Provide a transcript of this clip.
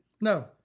No